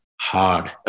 hard